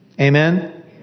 Amen